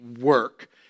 work